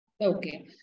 Okay